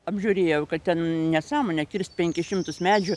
apžiūrėjau kad ten nesamonė kirst penkis šimtus medžių